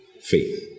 faith